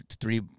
three